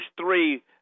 three